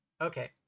Okay